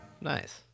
Nice